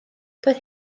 doedd